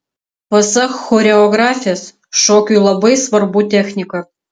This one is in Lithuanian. pasak choreografės šokiui labai svarbu technika